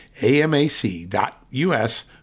amac.us